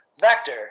vector